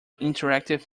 interactive